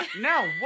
no